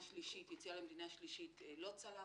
יציאה למדינה שלישית לא צלח.